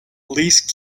least